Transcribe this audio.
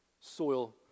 soil